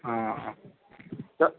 ہاں ہاں تو